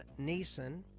Neeson